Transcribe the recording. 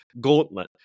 gauntlet